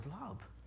love